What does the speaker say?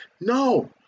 No